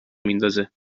میندازه